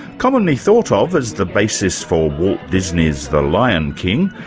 commonly thought ah of as the basis for walt disney's the lion king,